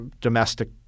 domestic